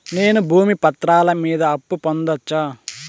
నేను భూమి పత్రాల మీద అప్పు పొందొచ్చా?